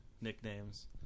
nicknames